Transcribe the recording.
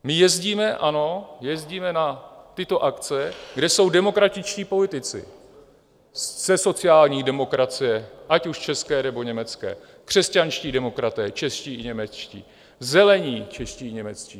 My jezdíme na tyto akce, kde jsou demokratičtí politici ze sociální demokracie, ať už české, nebo německé, křesťanští demokraté čeští i němečtí, Zelení čeští i němečtí.